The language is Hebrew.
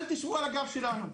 אל תשבו על הגב שלנו.